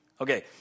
Okay